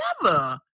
together